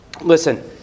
listen